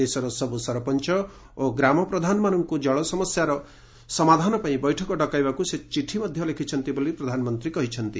ଦେଶର ସବୁ ସରପଞ୍ଚ ଓ ଗ୍ରାମ ପ୍ରଧାନମାନଙ୍କୁ ଜଳ ସମସ୍ୟାର ସମାଧାନ ପାଇଁ ବୈଠକ ଡକାଇବାକୁ ସେ ଚିଠି ଲେଖିଛନ୍ତି ବୋଲି ପ୍ରଧାନମନ୍ତ୍ରୀ କହିଛନ୍ତି